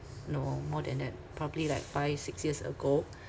no more than that probably like five six years ago